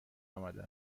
آمده